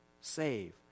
save